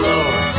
Lord